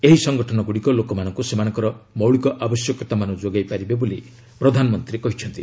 ଏହି ସଂଗଠନଗୁଡ଼ିକ ଲୋକମାନଙ୍କୁ ସେମାନଙ୍କର ମୌଳିକ ଆବଶ୍ୟକତାମାନ ଯୋଗାଇ ପାରିବେ ବୋଲି ପ୍ରଧାନମନ୍ତ୍ରୀ କହିଛନ୍ତି